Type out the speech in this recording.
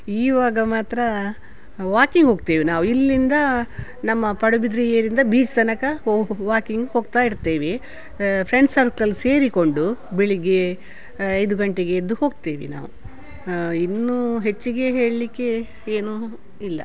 ಇವಾಗ ಮಾತ್ರ ವಾಕಿಂಗ್ ಹೋಗ್ತೇವೆ ನಾವು ಇಲ್ಲಿಂದ ನಮ್ಮ ಪಡುಬಿದ್ರೆ ಏರಿಂದ ಬೀಸ್ ತನಕ ವಾಕಿಂಗ್ ಹೋಗ್ತಾ ಇರ್ತೇವೆ ಫ್ರೆಂಡ್ ಸರ್ಕಲ್ ಸೇರಿಕೊಂಡು ಬೆಳಿಗ್ಗೆ ಐದು ಗಂಟೆಗೆ ಎದ್ದು ಹೋಗ್ತೇವೆ ನಾವು ಇನ್ನೂ ಹೆಚ್ಚಿಗೆ ಹೇಳಲಿಕ್ಕೆ ಏನೂ ಇಲ್ಲ